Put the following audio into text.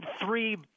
three